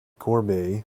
gourmet